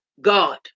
God